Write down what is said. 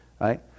right